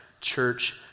church